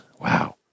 Wow